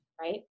right